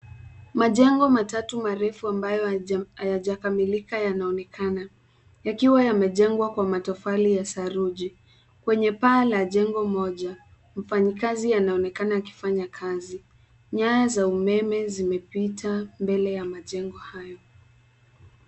Majengo matatu marefu, ambayo hayajakamilika yanaonekana, yakiwa yamejengwa kwa matofali ya saruji. Kwenye paa la jengo moja, mfanyikazi anaonekana akifanya kazi, nyaya za umeme zimepita mbele ya majengo hayo.